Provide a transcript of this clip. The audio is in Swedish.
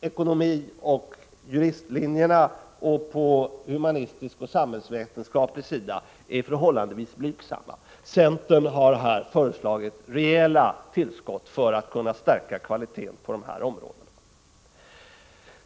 ekonomoch juristlinjerna och på humanistisk och samhällsvetenskaplig sida är förhållandevis blygsamma. Centern har föreslagit rejäla tillskott för att kunna stärka kvaliteten på de här områdena.